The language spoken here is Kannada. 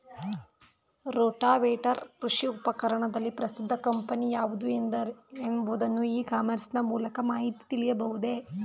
ರೋಟಾವೇಟರ್ ಕೃಷಿ ಉಪಕರಣದಲ್ಲಿ ಪ್ರಸಿದ್ದ ಕಂಪನಿ ಯಾವುದು ಎಂಬುದನ್ನು ಇ ಕಾಮರ್ಸ್ ನ ಮೂಲಕ ಮಾಹಿತಿ ತಿಳಿಯಬಹುದೇ?